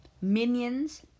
minions